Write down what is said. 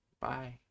Bye